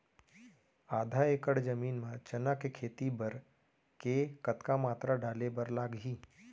आधा एकड़ जमीन मा चना के खेती बर के कतका मात्रा डाले बर लागही?